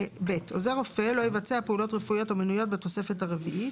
(ב) עוזר רופא לא יבצע פעולות רפואיות המנויות בתוספת הרביעית,